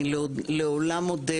אני לעולם אודה